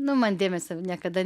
nu man dėmesio niekada